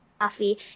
coffee